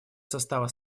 состава